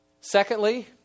Secondly